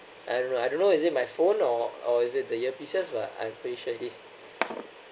I don't know I don't know is it my phone or or is it the earpieces but I'm pretty sure it's